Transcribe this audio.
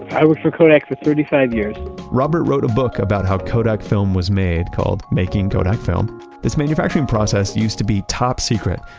i worked for kodak for thirty five years robert wrote a book about how kodak film was made, called making kodak film its manufacturing process used to be top secret,